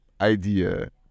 idea